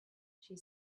she